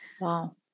Wow